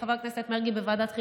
חבר הכנסת ביטון,